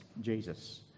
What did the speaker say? Jesus